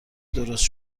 درست